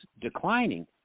declining